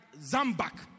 Zambak